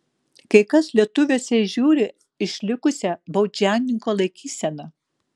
kai kas lietuviuose įžiūri išlikusią baudžiauninko laikyseną